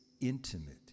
intimate